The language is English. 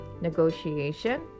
negotiation